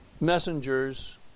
messengers